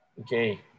Okay